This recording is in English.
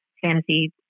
fantasy